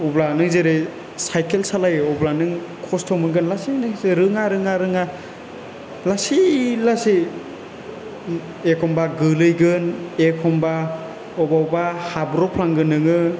अब्ला नों जेरै साइकेल सालायो अब्ला नों खस्ट' मोनगोन लासै नो नों रोङा रोङा लासै लासै एखमबा गोलैगोन एखमबा अबावबा हाबब्राफ्रांगोन नोङो